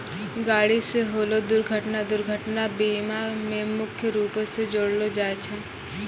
गाड़ी से होलो दुर्घटना दुर्घटना बीमा मे मुख्य रूपो से जोड़लो जाय छै